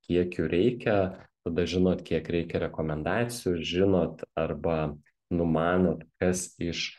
kiek jų reikia tada žinot kiek reikia rekomendacijų žinot arba numanot kas iš